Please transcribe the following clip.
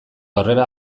horrela